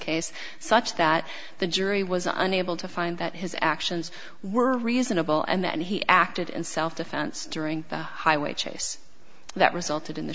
case such that the jury was unable to find that his actions were reasonable and that he acted in self defense during the highway chase that resulted in the